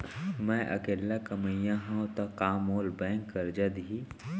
मैं अकेल्ला कमईया हव त का मोल बैंक करजा दिही?